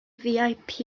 vip